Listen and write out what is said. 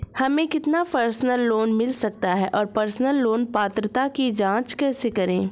हमें कितना personal loan मिल सकता है और पर्सनल लोन पात्रता की जांच कैसे करें?